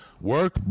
Work